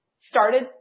started